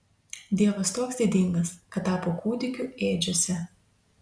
dievas toks didingas kad tapo kūdikiu ėdžiose